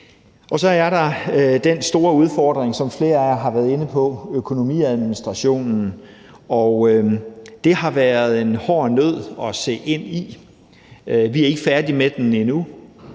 Og så er der den store udfordring, som flere af jer har været inde på, nemlig økonomiadministrationen. Det har været en hård nød at se på. Vi er ikke færdige med den endnu.